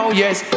yes